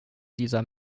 dieser